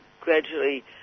gradually